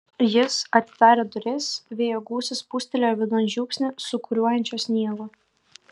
jis atidarė duris vėjo gūsis pūstelėjo vidun žiupsnį sūkuriuojančio sniego